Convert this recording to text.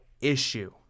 issue